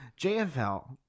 JFL